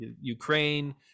Ukraine